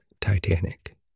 Titanic